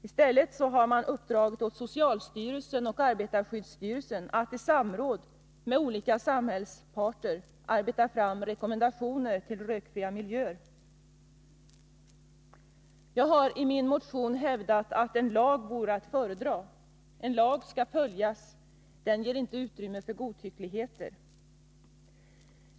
I stället har man uppdragit åt socialstyrelsen och arbetarskyddsstyrelsen att i samråd med olika samhällsparter arbeta fram rekommendationer till rökfria miljöer. Jag har i min motion hävdat att en lag vore att föredra. En lag skall följas — den ger inte utrymme för godtyckligheter.